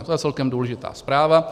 To je celkem důležitá zpráva.